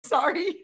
sorry